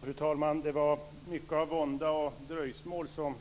Fru talman! Det var mycket av vånda och dröjsmål som